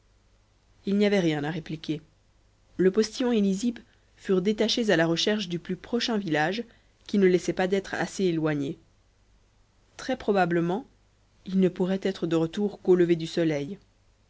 il n'y avait rien à répliquer le postillon et nizib furent détachés à la recherche du plus prochain village qui ne laissait pas d'être assez éloigné très probablement ils ne pourraient être de retour qu'au lever du soleil